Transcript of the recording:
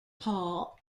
paul